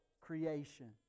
creation